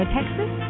Texas